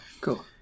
cool